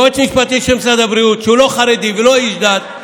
יועץ משפטי של משרד הבריאות שהוא לא חרדי ולא איש דת.